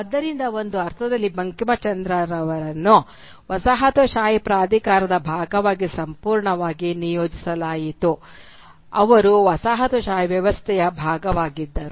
ಆದ್ದರಿಂದ ಒಂದು ಅರ್ಥದಲ್ಲಿ ಬಂಕಿಂಚಂದ್ರರನ್ನು ವಸಾಹತುಶಾಹಿ ಪ್ರಾಧಿಕಾರದ ಭಾಗವಾಗಿ ಸಂಪೂರ್ಣವಾಗಿ ಸಂಯೋಜಿಸಲಾಯಿತು ಅವರು ವಸಾಹತುಶಾಹಿ ವ್ಯವಸ್ಥೆಯ ಭಾಗವಾಗಿದ್ದರು